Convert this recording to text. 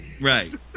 Right